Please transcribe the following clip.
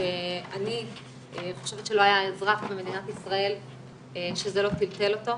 אני חושבת שלא היה אזרח במדינת ישראל שזה לא טלטל אותו.